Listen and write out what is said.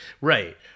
Right